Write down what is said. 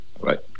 Right